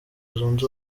zunze